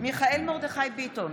בהצבעה מיכאל מרדכי ביטון,